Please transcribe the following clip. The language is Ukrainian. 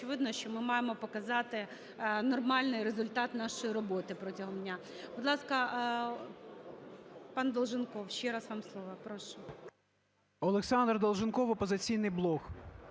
ОлександрДолженков, "Опозиційний блок".